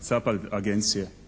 SAPARD agencije,